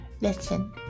Listen